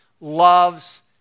loves